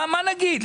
מה נגיד?